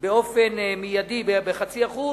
באופן מיידי ב-0.5%,